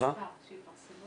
אני חושב שעצם הדיון